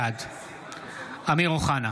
בעד אמיר אוחנה,